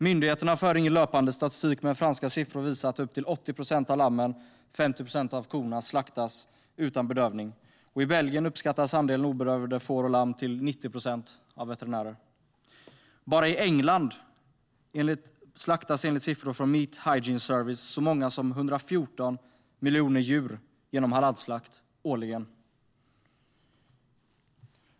Myndigheterna för ingen löpande statistik, men franska siffror visar att upp till 80 procent av lammen och 15 procent av korna slaktas utan bedövning. I Belgien uppskattas andelen obedövade får och lamm till 90 procent av veterinärer. Bara i England slaktas, enligt siffror från Meat Hygiene Service, så många som 114 miljoner djur genom halalslakt - årligen.